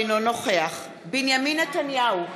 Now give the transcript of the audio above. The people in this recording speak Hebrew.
אינו נוכח בנימין נתניהו,